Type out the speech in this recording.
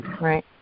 right